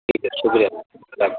ٹھیک ہے شکریہ بہت خدا حافظ